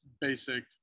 basic